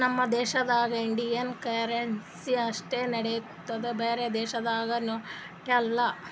ನಮ್ ದೇಶದಾಗ್ Indian currency ಅಷ್ಟೇ ನಡಿತ್ತುದ್ ಬ್ಯಾರೆ ದೇಶದು ನಡ್ಯಾಲ್